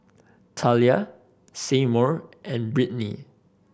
Talia Seymour and Brittni